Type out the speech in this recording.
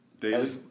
daily